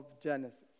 Genesis